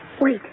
Wait